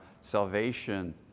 salvation